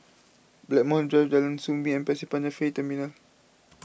Blackmore Drive Jalan Soo Bee and Pasir Panjang Ferry Terminal